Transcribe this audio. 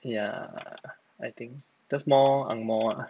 ya I think just more ang moh ah